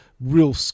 real